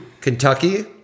Kentucky